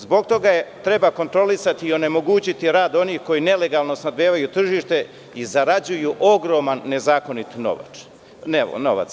Zbog toga treba kontrolisati i onemogućiti rad onih koji nelegalno snabdevaju tržište i zarađuju ogroman nezakonit novac.